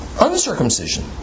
uncircumcision